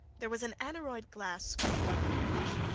there was an aneroid glass screwed above the couch.